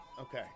Okay